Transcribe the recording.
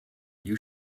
you